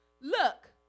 Look